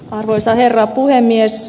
arvoisa herra puhemies